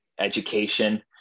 education